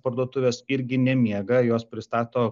parduotuvės irgi nemiega jos pristato